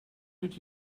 did